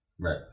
Right